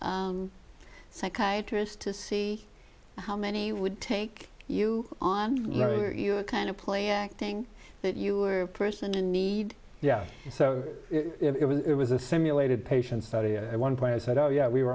psychiatrist to see how many would take you on you kind of playing acting that you were a person in need yeah so it was a simulated patient study at one point i said oh yeah we were